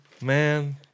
Man